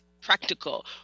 practical